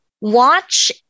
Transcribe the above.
watch